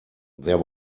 there